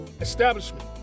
establishment